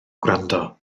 gwrando